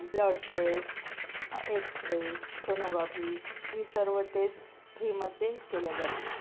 blood test x ray sonography ही सर्व test फ्रीमध्ये केल्या जाते